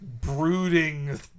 brooding